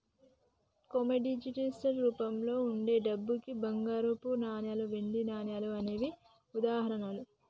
commodities రూపంలో వుండే డబ్బుకి బంగారపు నాణాలు, వెండి నాణాలు అనేవే ఉదాహరణలు